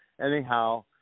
anyhow